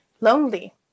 lonely